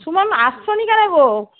সুমন আসছো না কেনো গো